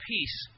Peace